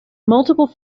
multiple